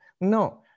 No